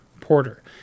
porter